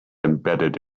embedded